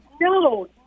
no